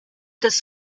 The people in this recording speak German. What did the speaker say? des